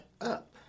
up